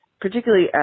particularly